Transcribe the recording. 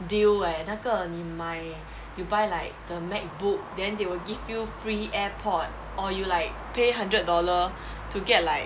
deal eh 那个你买 you buy like the macbook then they will give you free airpods or you like pay hundred dollar to get like